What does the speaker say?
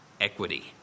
equity